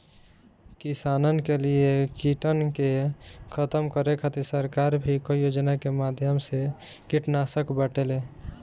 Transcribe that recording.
किसानन के लिए कीटन के खतम करे खातिर सरकार भी कई योजना के माध्यम से कीटनाशक बांटेले